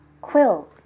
Quill